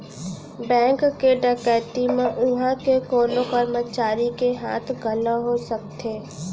bank के डकैती म उहां के कोनो करमचारी के हाथ घलौ हो सकथे